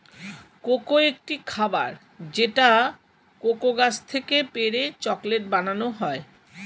cocoa একটি খাবার যেটা কোকো গাছ থেকে পেড়ে চকলেট বানানো হয়